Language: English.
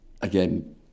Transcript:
Again